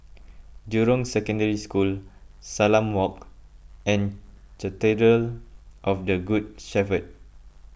Jurong Secondary School Salam Walk and Cathedral of the Good Shepherd